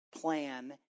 plan